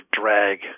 drag